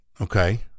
okay